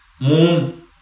moon